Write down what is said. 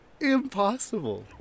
Impossible